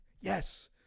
yes